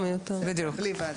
בלי ועדה.